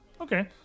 Okay